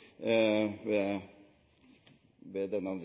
representanten